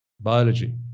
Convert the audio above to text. biology